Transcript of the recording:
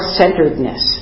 centeredness